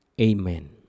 Amen